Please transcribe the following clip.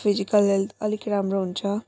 physical health अलिक राम्रो हुन्छ